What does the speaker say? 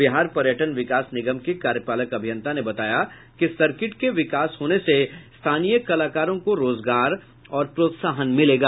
बिहार पर्यटन विकास निगम के कार्यपालक अभियंता ने बताया कि सर्किट के विकास होने से स्थानीय कलाकारों को रोजगार और प्रोत्साहन मिलेगा